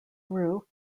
grew